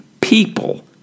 people